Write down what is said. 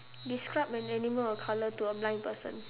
describe an animal or colour to a blind person